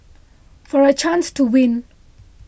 for a chance to win